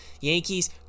Yankees